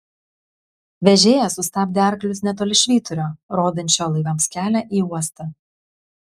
vežėjas sustabdė arklius netoli švyturio rodančio laivams kelią į uostą